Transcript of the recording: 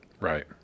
Right